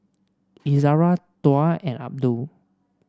Izzara Tuah and Abdul